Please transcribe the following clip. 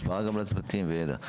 הסברה גם לצוותים וידע.